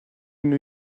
new